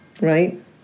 right